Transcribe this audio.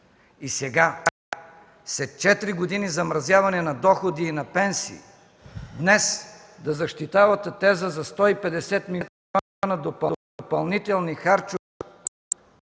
и сега, след четири години замразяване на доходи и на пенсии, днес да защитавате теза за 150 милиона